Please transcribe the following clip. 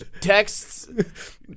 texts